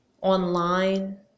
online